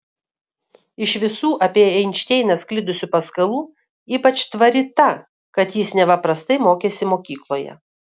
iš visų apie einšteiną sklidusių paskalų ypač tvari ta kad jis neva prastai mokėsi mokykloje